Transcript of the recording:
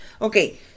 Okay